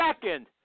second